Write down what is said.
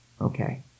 Okay